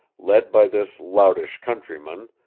led by this loutish countryman,